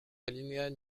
alinéas